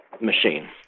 machine